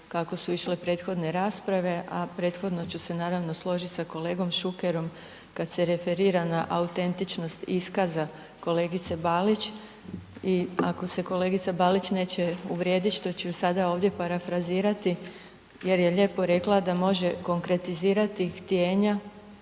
kako su išle prethodne rasprave, a prethodno ću se, naravno složiti s kolegom Šukerom, kad se referira na autentičnost iskaza kolegice Balić i ako se kolegice Balić neće uvrijediti što ću je sada ovdje parafrazirati jer je lijepo rekla da može konkretizirati htjenja